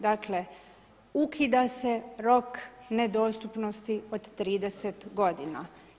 Dakle, ukida se rok nedostupnosti od 30 godina.